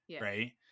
right